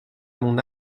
mon